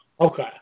Okay